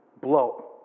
blow